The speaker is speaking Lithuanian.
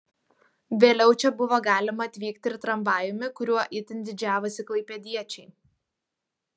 vėliau čia buvo galima atvykti ir tramvajumi kuriuo itin didžiavosi klaipėdiečiai